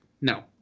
no